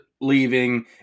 leaving